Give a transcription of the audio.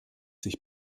sich